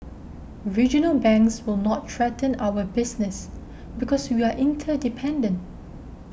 regional banks will not threaten our business because we are interdependent